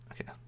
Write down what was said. Okay